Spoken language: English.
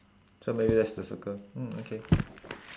so maybe that's the circle mm okay